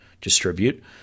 distribute